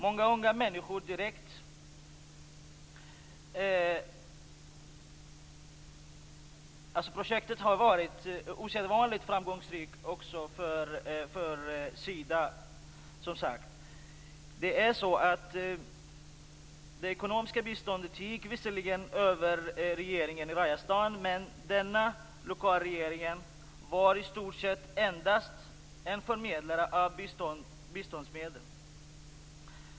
Projektet har, som sagt, varit osedvanligt framgångsrikt också för Sida. Det ekonomiska biståndet gick visserligen via regeringen i Rajasthan. Men den lokala regeringen var i stort sett endast en förmedlare av biståndsmedel.